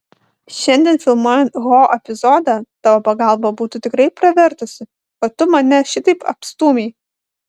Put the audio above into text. šiandien filmuojant ho epizodą tavo pagalba būtų tikrai pravertusi o tu mane šitaip apstūmei